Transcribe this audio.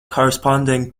corresponding